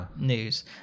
News